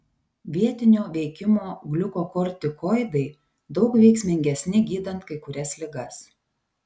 vietinio veikimo gliukokortikoidai daug veiksmingesni gydant kai kurias ligas